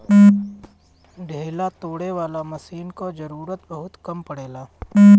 ढेला तोड़े वाला मशीन कअ जरूरत बहुत कम पड़ेला